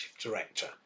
director